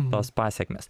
tos pasekmės